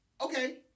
Okay